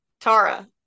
Tara